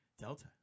Delta